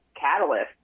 catalyst